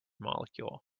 molecule